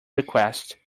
request